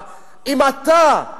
אם אתה,